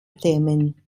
themen